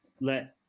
let